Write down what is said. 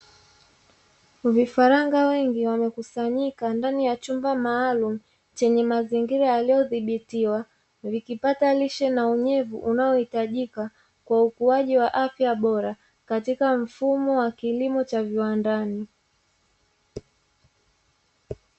Vifaranga wengi wamekusanyika ndani ya chumba maalumu chenye mazingira yaliyodhibitiwa, vikipata lishe na unyevu unaohitajika kwa ukuaji wa afya bora katika mfumo wa kilimo cha viwandani.